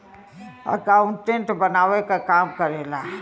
accountant बनावे क काम करेला